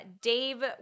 Dave